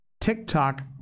TikTok